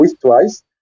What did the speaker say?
twice